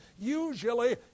usually